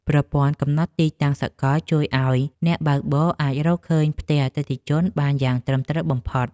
ប្រព័ន្ធកំណត់ទីតាំងសកលជួយឱ្យអ្នកបើកបរអាចរកឃើញផ្ទះអតិថិជនបានយ៉ាងត្រឹមត្រូវបំផុត។